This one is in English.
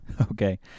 Okay